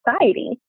society